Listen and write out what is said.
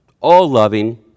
all-loving